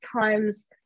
times